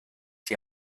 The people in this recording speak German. die